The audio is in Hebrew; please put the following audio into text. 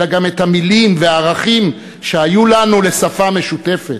אלא גם את המילים והערכים שהיו לנו שפה משותפת.